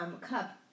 cup